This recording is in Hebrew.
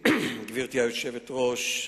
גברתי היושבת-ראש,